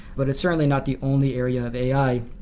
but it's certainly not the only area of ai.